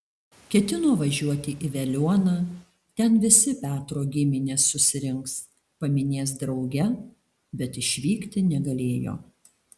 ketino važiuoti į veliuoną ten visi petro giminės susirinks paminės drauge bet išvykti negalėjo